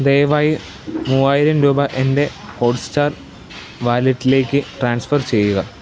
ദയവായി മൂവായിരം രൂപ എൻ്റെ ഹോട്ട്സ്റ്റാർ വാലറ്റിലേക്ക് ട്രാൻസ്ഫർ ചെയ്യുക